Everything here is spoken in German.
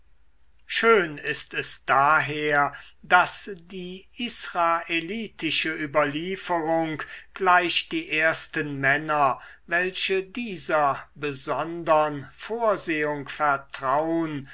schön ist es daher daß die israelitische überlieferung gleich die ersten männer welche dieser besondern vorsehung vertrauen